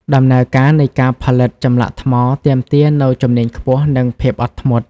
ដំណើរការនៃការផលិតចម្លាក់ថ្មទាមទារនូវជំនាញខ្ពស់ និងភាពអត់ធ្មត់។